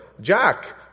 Jack